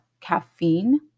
caffeine